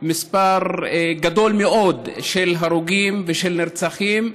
מספר גדול מאוד של הרוגים ושל נרצחים,